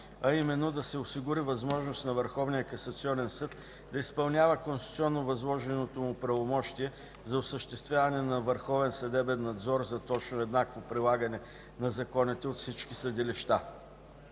а именно – да се осигури възможност на Върховния касационен съд да изпълнява конституционно възложеното му правомощие за осъществяване на върховен съдебен надзор за точно и еднакво прилагане на законите от всички съдилища.